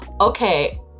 Okay